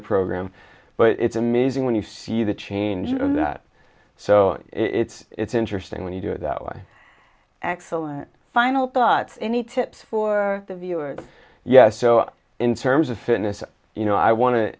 the program but it's amazing when you see the changes so it's it's interesting when you do it that way excellent final thoughts any tips for the viewers yes so in terms of fitness you know i want to